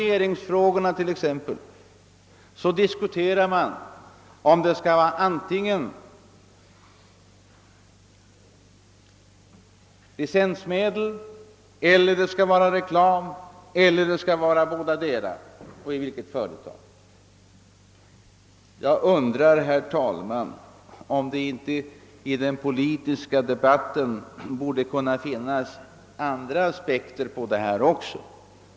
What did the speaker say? Man diskuterar t.ex., om verksamheten skall finansieras med licensmedel eller med reklam eller båda delarna och i vilket företag verksamheten skall bedrivas. Jag undrar, herr talman, om det inte i den politiska debatten borde kunna finnas även andra aspekter på detta.